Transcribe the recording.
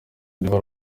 d’ivoir